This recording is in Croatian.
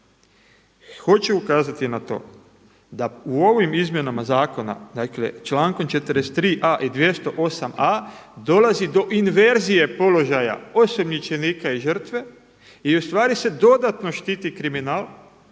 Hoću ukazati na to da u ovim izmjenama zakona, dakle člankom 43a. i 208a. dolazi do inverzije položaja osumnjičenika i žrtve i u stvari se dodatno štiti kriminal,